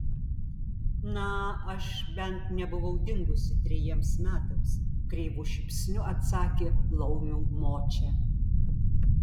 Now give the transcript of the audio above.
na aš bent nebuvau dingusi trejiems metams kreivu šypsniu atsakė laumių močia